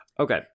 Okay